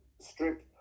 Strip